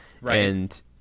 Right